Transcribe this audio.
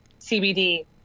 cbd